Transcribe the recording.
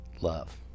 love